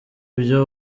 byo